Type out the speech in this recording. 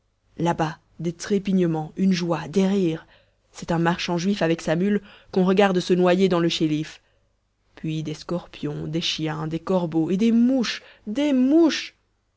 là-bas des trépignements une joie des rires c'est un marchand juif avec sa mule qu'on regarde se noyer dans le chéliff puis des scorpions des chiens des corbeaux et des mouches des mouches